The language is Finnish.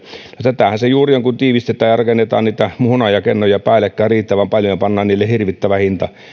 tätähän se juuri on että kun tiivistetään ja rakennetaan niitä hunajakennoja päällekkäin riittävän paljon ja pannaan niille hirvittävä hinta